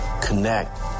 connect